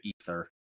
ether